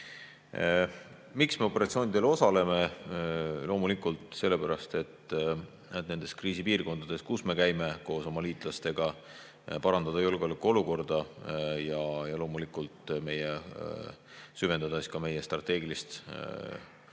Miks me operatsioonidel osaleme? Loomulikult sellepärast, et nendes kriisipiirkondades, kus me käime koos oma liitlastega, parandada julgeolekuolukorda ja süvendada ka meie strateegilist koostööd meie